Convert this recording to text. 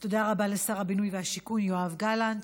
תודה רבה לשר הבינוי והשיכון יואב גלנט.